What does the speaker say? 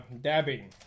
Dabbing